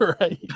Right